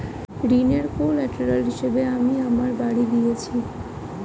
ঋনের কোল্যাটেরাল হিসেবে আমি আমার বাড়ি দিয়েছি